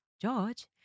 George